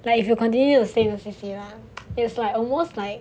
like you continue to stay with C_C ah it's like almost like